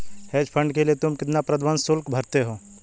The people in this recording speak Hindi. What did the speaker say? हेज फंड के लिए तुम कितना प्रबंधन शुल्क भरते हो?